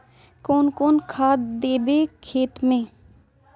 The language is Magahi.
कौन कौन खाद देवे खेत में?